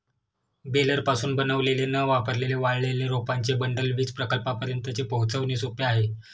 बेलरपासून बनवलेले न वापरलेले वाळलेले रोपांचे बंडल वीज प्रकल्पांपर्यंत पोहोचवणे सोपे आहे